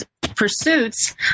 pursuits